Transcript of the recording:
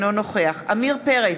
אינו נוכח עמיר פרץ,